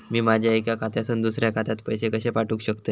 मी माझ्या एक्या खात्यासून दुसऱ्या खात्यात पैसे कशे पाठउक शकतय?